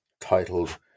titled